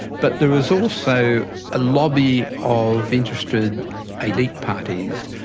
but there was also a lobby of interested elite parties.